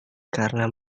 karena